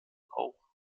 auch